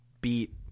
beat